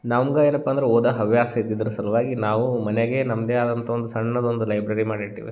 ನಮ್ಗೆ ಏನಪ್ಪ ಅಂದ್ರೆ ಓದೋ ಹವ್ಯಾಸ ಇದ್ದಿದ್ರ ಸಲುವಾಗಿ ನಾವು ಮನ್ಯಾಗೆ ನಮ್ಮದೇ ಆದಂಥ ಒಂದು ಸಣ್ಣದೊಂದು ಲೈಬ್ರೆರಿ ಮಾಡಿಟ್ಟೀವಿ